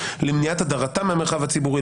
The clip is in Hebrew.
למניעת הדרתם מהמרחב הציבורי,